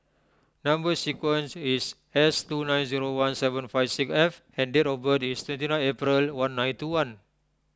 Number Sequence is S two nine zero one seven five six F and date of birth is twenty ninth April one nine two one